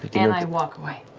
and i walk away.